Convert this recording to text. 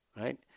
Right